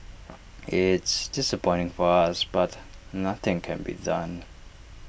it's disappointing for us but nothing can be done